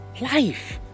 Life